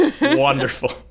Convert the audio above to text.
Wonderful